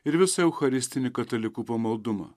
ir visą eucharistinį katalikų pamaldumą